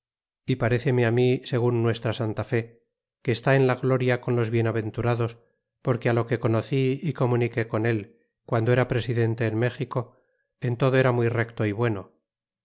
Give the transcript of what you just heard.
y pareceme mí segun nuestra santa fe que está en la gloria con los bienaventurados porque lo que conocí y comunique con él guando era presidente en méxico en todo era muy recto y bueno